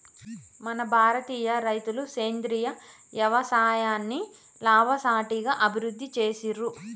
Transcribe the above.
మన భారతీయ రైతులు సేంద్రీయ యవసాయాన్ని లాభసాటిగా అభివృద్ధి చేసిర్రు